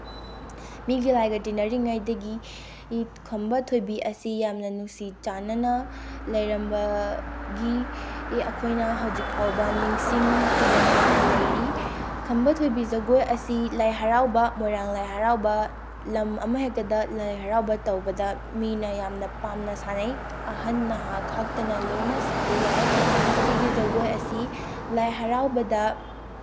ꯃꯤꯒ ꯂꯥꯏꯒ ꯇꯤꯟꯅꯔꯤꯉꯩꯗꯒꯤ ꯈꯝꯕ ꯊꯣꯏꯕꯤ ꯑꯁꯤ ꯌꯥꯝꯅ ꯅꯨꯡꯁꯤ ꯆꯥꯟꯅꯅ ꯂꯩꯔꯝꯕꯒꯤ ꯑꯩꯈꯣꯏꯅ ꯍꯧꯖꯤꯛ ꯐꯥꯎꯕ ꯅꯤꯡꯁꯤꯡ ꯈꯨꯕꯝ ꯑꯣꯏꯅ ꯂꯩꯔꯤ ꯈꯝꯕ ꯊꯣꯏꯕꯤ ꯖꯒꯣꯏ ꯑꯁꯤ ꯂꯥꯏ ꯍꯔꯥꯎꯕ ꯃꯣꯏꯔꯥꯡ ꯂꯥꯏ ꯍꯔꯥꯎꯕ ꯂꯝ ꯑꯃ ꯍꯦꯛꯇꯗ ꯂꯥꯏ ꯍꯔꯥꯎꯕ ꯇꯧꯕꯗ ꯃꯤꯅ ꯌꯥꯝꯅ ꯄꯥꯝꯅ ꯁꯥꯟꯅꯩ ꯑꯍꯟ ꯅꯍꯥ ꯈꯥꯛꯇꯅ ꯂꯣꯏꯅ ꯁꯥꯕ ꯌꯥꯏ ꯃꯁꯤꯒꯤ ꯖꯒꯣꯏ ꯑꯁꯤ ꯂꯥꯏ ꯍꯔꯥꯎꯕꯗ